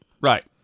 Right